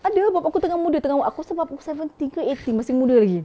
kan dia bapa aku tengah muda tengah what aku rasa about seventeen ke eighteen masih muda lagi